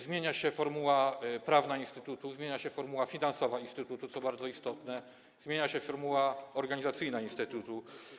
Zmienia się formuła prawna instytutu, zmienia się formuła finansowa instytutu, co bardzo istotne, zmienia się formuła organizacyjna instytutu.